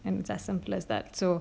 and it's as simple as that so